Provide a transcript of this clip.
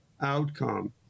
outcome